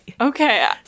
Okay